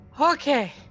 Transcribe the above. Okay